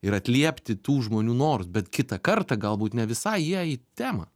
ir atliepti tų žmonių norus bet kitą kartą galbūt ne visai jie į temą